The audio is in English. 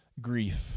grief